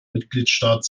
mitgliedstaat